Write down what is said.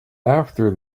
after